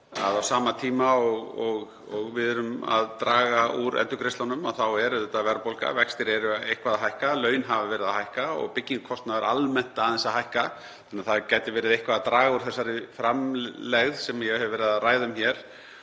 að á sama tíma og við erum að draga úr endurgreiðslunum þá er auðvitað verðbólga, vextir eru eitthvað að hækka, laun hafa verið að hækka og byggingarkostnaður almennt aðeins að hækka, þannig að það gæti verið eitthvað að draga úr þessari framlegð sem ég hef verið að ræða um hér,